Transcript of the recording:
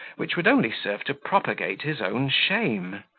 which would only serve to propagate his own shame.